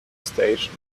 station